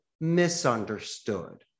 misunderstood